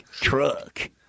Truck